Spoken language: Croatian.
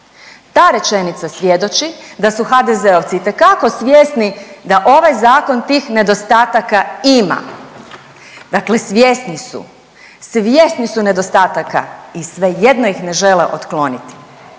Ta rečenica svjedoči da su HDZ-ovci itekako svjesni da ovaj Zakon tih nedostataka ima, dakle svjesni su, svjesni su nedostataka i svejedno ih ne žele otkloniti.